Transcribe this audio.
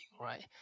right